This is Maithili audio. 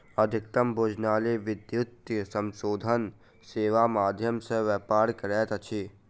अधिकतम भोजनालय विद्युतीय समाशोधन सेवाक माध्यम सॅ व्यापार करैत अछि